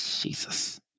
Jesus